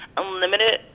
unlimited